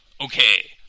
Okay